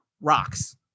rocks